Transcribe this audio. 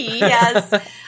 Yes